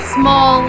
small